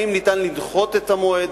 האם אפשר לדחות את המועד?